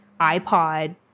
iPod